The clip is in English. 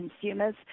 consumers